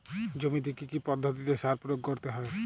জমিতে কী কী পদ্ধতিতে সার প্রয়োগ করতে হয়?